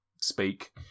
Speak